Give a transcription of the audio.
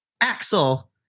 Axel